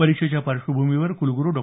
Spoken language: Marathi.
परीक्षेच्या पार्श्वभूमीवर कुलगरु डॉ